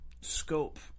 scope